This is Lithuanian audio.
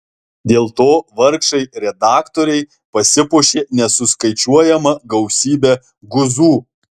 dėl to vargšai redaktoriai pasipuošė nesuskaičiuojama gausybe guzų